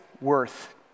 worth